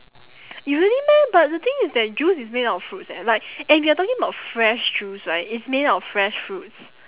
you really meh but the thing is that juice is made out of fruits eh like and you're talking about fresh juice right it's made out of fresh fruits